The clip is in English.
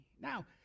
Now